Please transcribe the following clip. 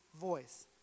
voice